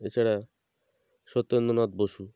এছাড়া সত্যেন্দ্রনাথ বসু